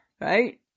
Right